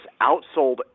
outsold